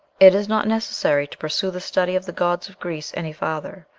it is not necessary to pursue the study of the gods of greece any farther.